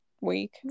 week